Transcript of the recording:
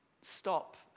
stop